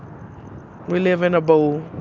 we live in a bowl.